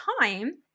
time